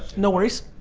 no worries.